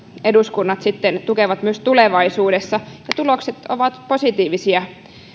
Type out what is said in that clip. eduskunnat sitten tukevat myös tulevaisuudessa tulokset ovat positiivisia